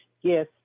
yes